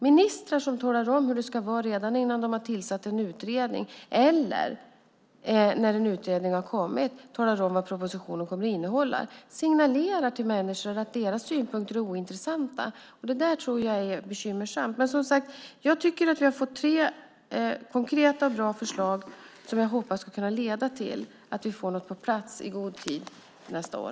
Ministrar som talar om hur det ska vara redan innan de har tillsatt en utredning, eller när en utredning har kommit talar om vad propositionen kommer att innehålla, signalerar till människor att deras synpunkter är ointressanta. Det är bekymmersamt. Vi har fått tre konkreta och bra förslag som jag hoppas ska leda till att vi i god tid får något på plats nästa år.